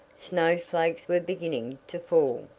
snowflakes were beginning to fall.